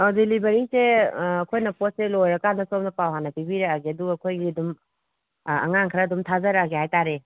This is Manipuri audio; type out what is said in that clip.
ꯗꯤꯂꯤꯕꯔꯤꯁꯦ ꯑꯩꯈꯣꯏꯅ ꯄꯣꯠꯁꯦ ꯂꯣꯏꯔꯀꯥꯟꯗ ꯁꯣꯝꯗ ꯄꯥꯎ ꯍꯥꯟꯅ ꯄꯤꯕꯤꯔꯛꯑꯒꯦ ꯑꯗꯨꯒ ꯑꯩꯈꯣꯏꯒꯤ ꯑꯗꯨꯝ ꯑꯉꯥꯡ ꯈꯔ ꯑꯗꯨꯝ ꯊꯥꯖꯔꯛꯑꯒꯦ ꯍꯥꯏ ꯇꯥꯔꯦ